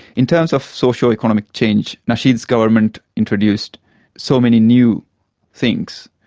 in terms of socioeconomic change, nasheed's government introduced so many new things,